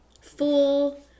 Full